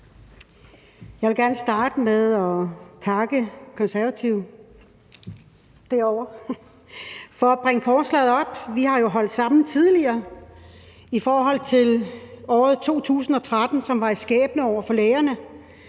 Jeg vil gerne starte med at takke Konservative for at bringe forslaget op. Vi har jo tidligere holdt sammen i året 2013, som var et skæbneår for lægerne.